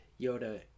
Yoda